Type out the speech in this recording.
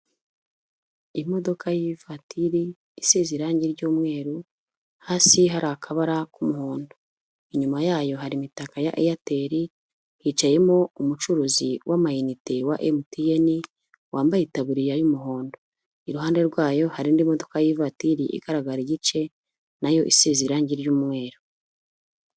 Imodoka y'ivatiri isize irangi ry'umweru hasi hari akabara k'umuhondo. Inyuma yayo hari imitaka ya Eyateri, hicayemo umucuruzi w'amayinite wa MTN wambaye itaburiya y'umuhondo. Iruhande rwayo hari indi modoka y'ivatiri igaragara igice na yo isize irangi ry'umweru.